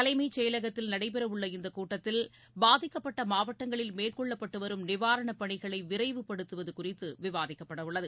தலைமைச் செயலகத்தில் நடைபெறவுள்ள இந்தக் கூட்டத்தில் பாதிக்கப்பட்ட மாவட்டங்களில் மேற்கொள்ளப்பட்டுவரும் நிவாரணப் பணிகளை விரைவுபடுத்துவது குறித்து விவாதிக்கப்படவுள்ளது